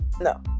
no